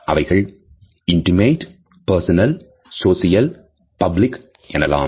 அவைகள் intimate intimate personal social public எனலாம்